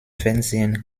fernsehen